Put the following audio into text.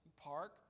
park